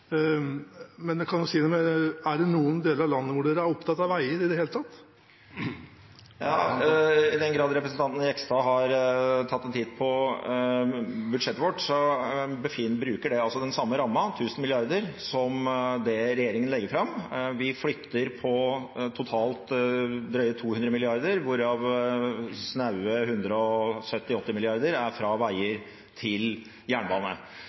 er det i noen deler av landet der partiet er opptatt av veier i det hele tatt? I den grad representanten Jegstad har tatt en titt på budsjettet vårt, så brukes den samme ramma, 1 000 mrd. kr, som det regjeringen legger fram. Vi flytter totalt på drøye 200 mrd. kr, hvorav snaue 170–180 mrd. kr er fra veier til jernbane.